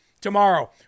tomorrow